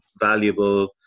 valuable